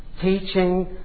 Teaching